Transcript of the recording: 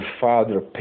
father